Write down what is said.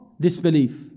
disbelief